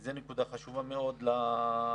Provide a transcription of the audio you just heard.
זו נקודה חשובה מאוד לציבור.